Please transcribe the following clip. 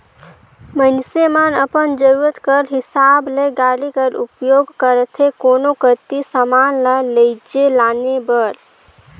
मइनसे मन अपन जरूरत कर हिसाब ले गाड़ी कर उपियोग करथे कोनो कती समान ल लेइजे लाने बर